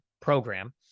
program